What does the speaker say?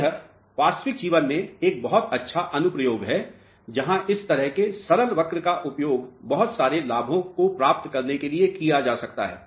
तो यह वास्तविक जीवन में एक बहुत अच्छा अनुप्रयोग है जहां इस तरह के सरल वक्र का उपयोग बहुत सारे लाभों को प्राप्त करने के लिए किया जा सकता है